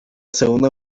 segunda